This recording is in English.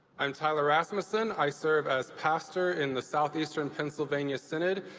i'm tyler rasmussen. i serve as pastor in the southeastern pennsylvania synod.